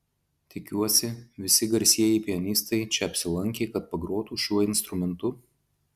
tikiuosi visi garsieji pianistai čia apsilankė kad pagrotų šiuo instrumentu